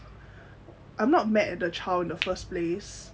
I'm not mad at the child in the first place